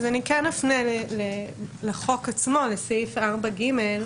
אז אני כן אפנה לחוק עצמו, לסעיף 4ג,